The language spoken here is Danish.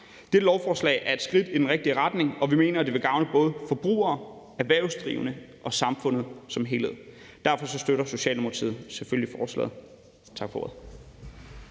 Dette lovforslag er et skridt i den rigtige retning, og vi mener, det vil gavne både forbrugere, erhvervsdrivende og samfundet som helhed. Derfor støtter Socialdemokratiet selvfølgelig forslaget. Tak for ordet.